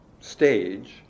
stage